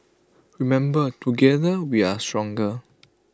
remember together we are stronger